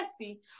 nasty